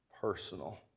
personal